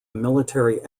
military